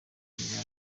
kuyobora